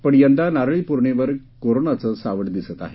पण यंदा नारळी पौर्णिमेवर कोरोनाघे सावट दिसत आहे